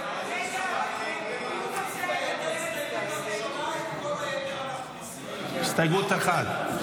אנחנו מסירים את כל ההסתייגויות למעט הסתייגות אחת.